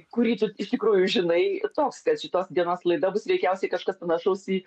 kurį tu iš tikrųjų žinai toks kad šitos dienos laida bus veikiausiai kažkas panašaus į